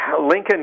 Lincoln